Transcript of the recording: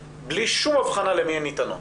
בלי שום אבחנה למי הן ניתנות.